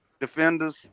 Defenders